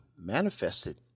manifested